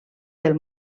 del